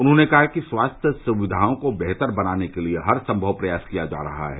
उन्होंने कहा कि स्वास्थ्य सुविधाओं को बेहतर बनाने के लिये हर सम्मव प्रयास किया जा रहा है